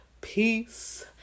peace